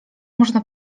można